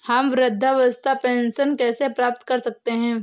हम वृद्धावस्था पेंशन कैसे प्राप्त कर सकते हैं?